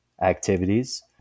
activities